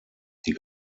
die